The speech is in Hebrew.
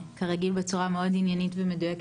כרגיל בצורה מאוד עניינית ומדויקת,